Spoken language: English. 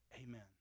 amen